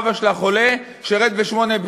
אבא שלה חולה, שירת ב-8200.